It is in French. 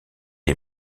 est